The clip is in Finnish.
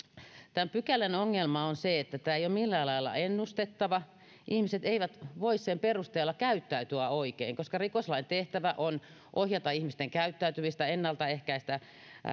tämän pykälän ongelma on se että tämä ei ole millään lailla ennustettava ihmiset eivät voi sen perusteella käyttäytyä oikein rikoslain tehtävä on ohjata ihmisten käyttäytymistä ennaltaehkäistä